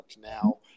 now